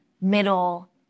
middle